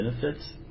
benefits